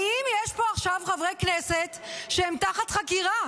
האם יש פה עכשיו חברי כנסת שהם תחת חקירה?